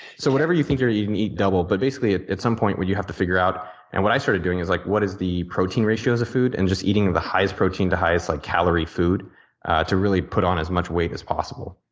so whatever you think you're eating eat double, but basically at some point where you have to figure out and what i started doing is like what is the protein ratio of food and just eating the highest protein to highest like calorie food to really put on as much weight as possible.